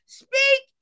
speak